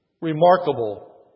remarkable